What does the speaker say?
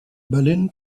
berlin